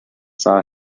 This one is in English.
saw